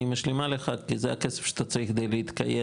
אני משלימה לך כי זה הכסף שאתה צריך כדי להתקיים",